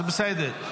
זה בסדר.